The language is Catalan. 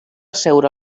asseure